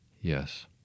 Yes